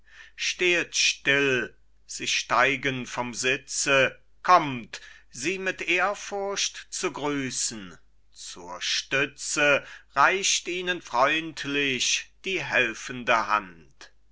stehet still sie steigen vom sitze kommt sie mit ehrfurcht zu grüßen zur stütze reicht ihnen freundlich die helfende hand